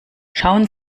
schauen